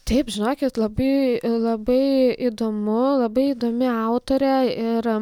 taip žinokit labai labai įdomu labai įdomi autorė ir